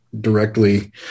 directly